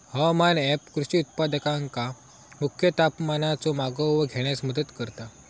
हवामान ऍप कृषी उत्पादकांका मुख्य तापमानाचो मागोवो घेण्यास मदत करता